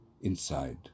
inside